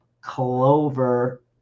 Clover